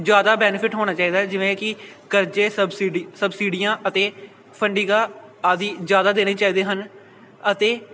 ਜ਼ਿਆਦਾ ਬੈਨੀਫਿਟ ਹੋਣਾ ਚਾਹੀਦਾ ਜਿਵੇਂ ਕਿ ਕਰਜੇ ਸਬਸਿਡੀ ਸਬਸਿਡੀਆਂ ਅਤੇ ਫੰਡੀਗਾਂ ਆਦਿ ਜ਼ਿਆਦਾ ਦੇਣੇ ਚਾਹੀਦੇ ਹਨ ਅਤੇ